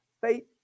Faith